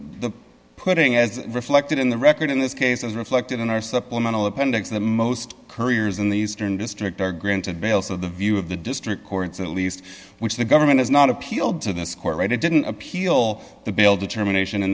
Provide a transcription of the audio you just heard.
putting as reflected in the record in this case as reflected in our supplemental appendix of the most careers in the eastern district are granted bail so the view of the district courts at least which the government has not appealed to this court right it didn't appeal the bail determination in